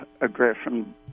aggression